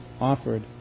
offered